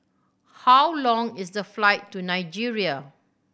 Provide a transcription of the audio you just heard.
how long is the flight to Nigeria